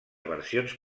versions